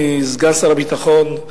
אדוני סגן שר הביטחון,